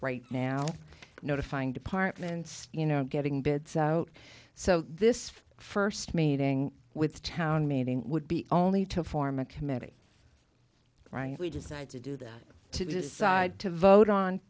right now notifying departments you know getting bids out so this first meeting with town meeting would be only to form a committee right we decided to do that to decide to vote on